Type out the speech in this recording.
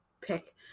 pick